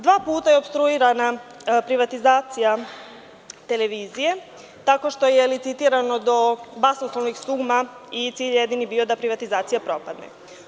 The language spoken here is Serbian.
Dva puta je opstruirana privatizacija televizije tako što je licitirano do basnoslovnih suma i cilj jedini je bio da privatizacija propadne.